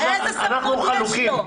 איזה סמכות יש לו?